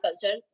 culture